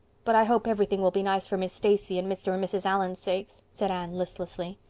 but i hope everything will be nice for miss stacy's and mr. and mrs. allan's sakes, said anne listlessly.